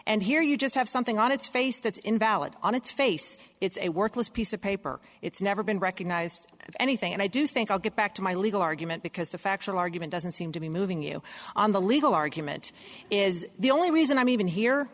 and here you just have something on its face that's invalid on its face it's a worthless piece of paper it's never been recognized of anything and i do think i'll get back to my legal argument because the factual argument doesn't seem to be moving you on the legal argument is the only reason i'm even here